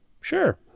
sure